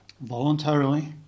voluntarily